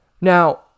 Now